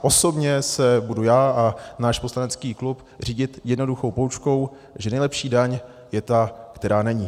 Osobně se budu já a náš poslanecký klub řídit jednoduchou poučkou, že nejlepší daň je ta, která není.